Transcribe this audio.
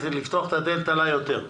לפתוח את הדלת עלה יותר.